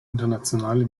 internationale